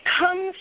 comes